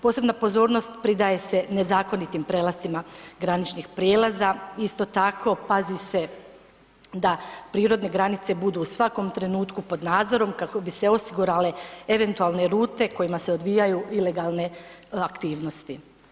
Posebna pozornost pridaje se nezakonitim prelascima graničnih prijelaza, isto tako, pazi se da prirodne granice budu u svakom trenutku pod nadzorom kako bi se osigurale eventualne rute kojima se odvijaju ilegalne aktivnosti.